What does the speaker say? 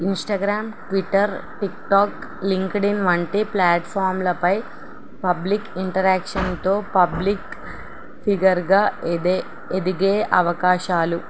Instagram Twitter TikTok LinkedIn వంటి ప్లాట్ఫామ్లపై public ఇంటరాక్షన్తో పబ్లిక్ ఫిగర్గా ఎదే ఎదిగే అవకాశాలు